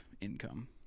income